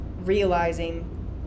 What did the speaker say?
realizing